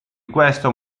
questo